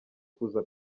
kuza